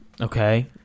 Okay